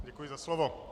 Děkuji za slovo.